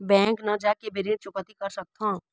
Bank न जाके भी ऋण चुकैती कर सकथों?